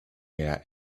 mehr